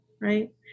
right